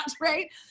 Right